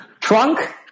Trunk